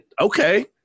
okay